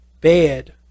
bad